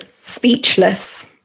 speechless